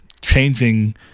changing